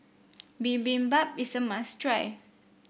bibimbap is a must try